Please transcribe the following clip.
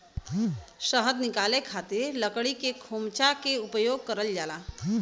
शहद निकाले खातिर लकड़ी के खोमचा के उपयोग करल जाला